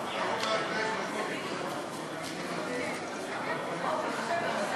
(תיקון, ביטול החרגת תאגידים בנקאיים וביטוחיים),